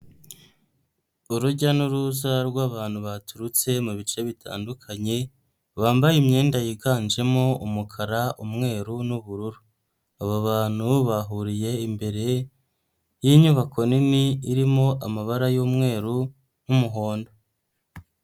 Urujya n'uruza rw'abantu baturutse mu bice bitandukanye, bambaye imyenda yiganjemo umukara, umweru n'ubururu, aba bantu bahuriye imbere y'inyubako nini irimo amabara y'umweru n'umuhondo.